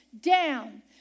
down